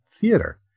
theater